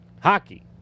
Hockey